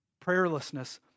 Prayerlessness